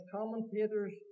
commentators